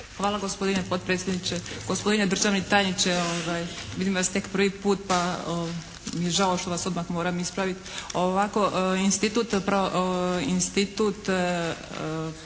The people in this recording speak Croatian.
Hvala gospodine potpredsjedniče. Gospodine državni tajniče, vidim vas tek prvi put pa mi je žao što vas odmah moram ispraviti.